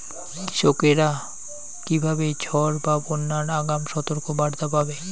কৃষকেরা কীভাবে ঝড় বা বন্যার আগাম সতর্ক বার্তা পাবে?